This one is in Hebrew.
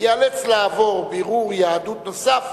ייאלץ לעבור בירור יהדות נוסף